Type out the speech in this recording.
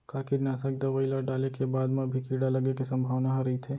का कीटनाशक दवई ल डाले के बाद म भी कीड़ा लगे के संभावना ह रइथे?